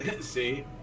See